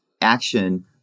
action